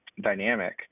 dynamic